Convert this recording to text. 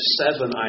seven